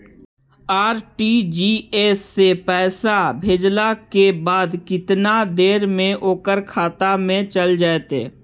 RTGS से पैसा भेजला के बाद केतना देर मे ओकर खाता मे चल जितै?